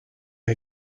est